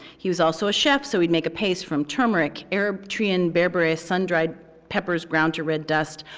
he was also a chef, so he'd make a paste from turmeric, arab treon barberries, sun dried peppers ground to red dust,